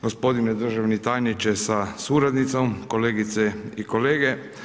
Gospodine državni tajniče sa suradnicom, kolegice i kolege.